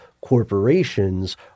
corporations